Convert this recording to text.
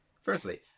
Firstly